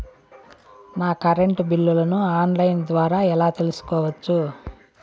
నా కరెంటు బిల్లులను online ద్వారా ఎలా తెలుసుకోవచ్చు?